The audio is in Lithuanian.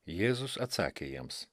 jėzus atsakė jiems